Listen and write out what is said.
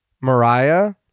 Mariah